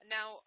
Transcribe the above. Now